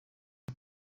det